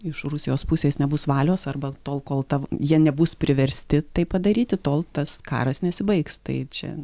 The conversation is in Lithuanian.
iš rusijos pusės nebus valios arba tol kol ta va jie nebus priversti tai padaryti tol tas karas nesibaigs tai čia